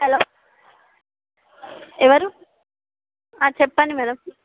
hello ఎవరు ఆ చెప్పండి మేడం